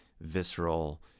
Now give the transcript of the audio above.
visceral